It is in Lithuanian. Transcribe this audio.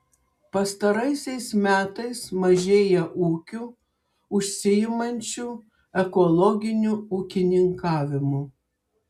pastaraisiais metais mažėja ūkių užsiimančių ekologiniu ūkininkavimu